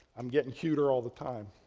i'm getting cuter all the time.